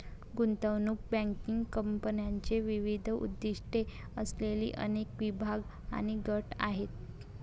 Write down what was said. गुंतवणूक बँकिंग कंपन्यांचे विविध उद्दीष्टे असलेले अनेक विभाग आणि गट आहेत